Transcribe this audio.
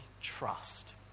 trust